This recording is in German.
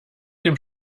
dem